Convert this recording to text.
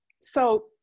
So-